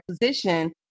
position